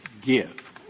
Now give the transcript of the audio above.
give